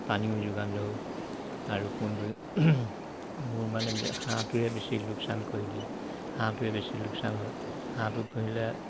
পানীও যোগান ধৰোঁ আৰু কোন মোৰ মানে হাঁহটোৱে বেছি লোকচান কৰি দিলে হাঁহটোৱে বেছি লোকচান হয় হাঁহটো পুহিলে